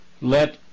let